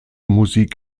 musik